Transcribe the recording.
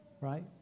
Right